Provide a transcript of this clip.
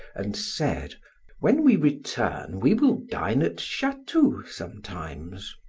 and said when we return we will dine at chatou sometimes.